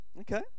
Okay